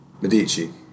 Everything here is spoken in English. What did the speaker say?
Medici